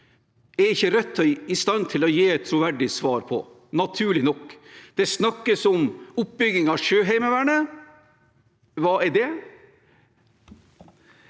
med, er ikke Rødt i stand til å gi et troverdig svar på – naturlig nok. Det snakkes om oppbygging av Sjøheimevernet. Hva er det?